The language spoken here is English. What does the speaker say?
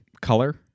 color